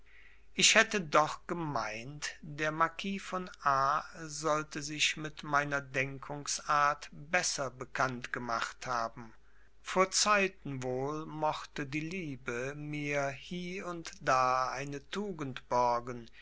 ich hätte doch gemeint der marquis von a sollte sich mit meiner denkungsart besser bekannt gemacht haben vor zeiten wohl mochte die liebe mir hie und da eine tugend borgen